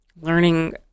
learning